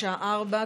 בשעה 16:00,